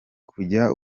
kujya